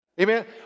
Amen